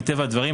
מטבע הדברים,